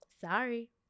Sorry